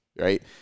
right